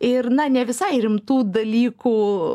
ir na ne visai rimtų dalykų